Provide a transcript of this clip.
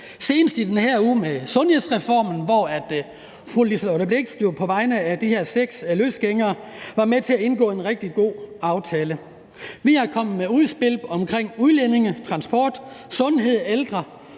Senest i den her uge med sundhedsreformen, hvor fru Liselott Blixt jo på vegne af de her seks løsgængere var med til at indgå en rigtig god aftale. Vi er kommet med udspil omkring udlændinge, transport, sundhed og ældre